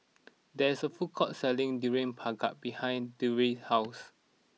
there is a food court selling Durian Pengat behind Durrell house